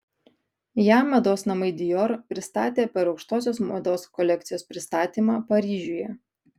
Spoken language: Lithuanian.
ją mados namai dior pristatė per aukštosios mados kolekcijos pristatymą paryžiuje